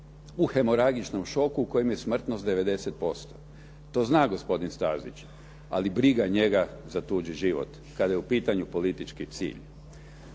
u hemoragičnom šoku u kojem je smrtnost 90%. To zna gospodin Stazić ali briga njega za tuđi život kada je u pitanju politički cilj.